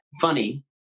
funny